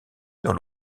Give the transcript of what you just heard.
dans